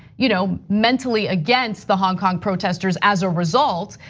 you know, mentally against the hong kong protesters as a result,